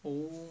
oh